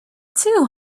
too